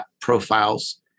profiles